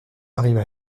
arrive